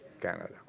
Canada